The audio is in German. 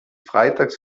freitags